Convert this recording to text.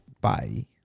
Bye